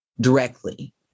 directly